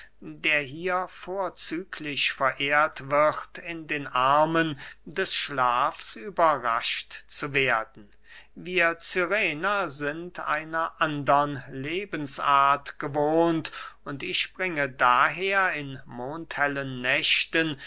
der hier vorzüglich verehrt wird in den armen des schlafs überrascht zu werden wir cyrener sind einer andern lebensart gewohnt und ich bringe daher in mondhellen nächten